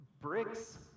bricks